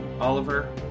Oliver